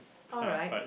alright